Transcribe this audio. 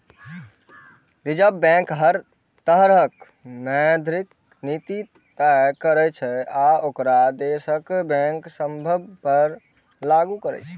reserve bank हर तरहक मौद्रिक नीति तय करै छै आ ओकरा देशक बैंक सभ पर लागू करै छै